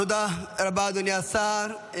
תודה רבה, אדוני השר.